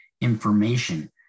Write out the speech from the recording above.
information